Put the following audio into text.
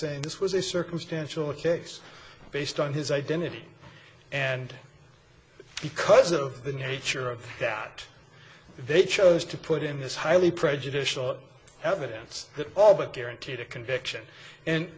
saying this was a circumstantial case based on his identity and because of the nature of that they chose to put in this highly prejudicial evidence that all but guaranteed a conviction and